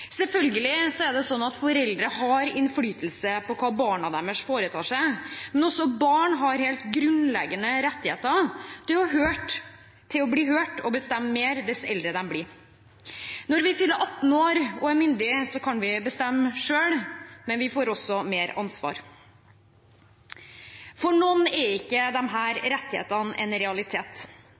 Selvfølgelig er det slik at foreldre har innflytelse på hva barna deres foretar seg, men også barn har helt grunnleggende rettigheter til å bli hørt og bestemme mer jo eldre de blir. Når vi fyller 18 år og er myndige, kan vi bestemme selv, men vi får også mer ansvar. For noen er ikke disse rettighetene en realitet.